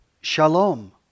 Shalom